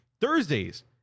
Thursdays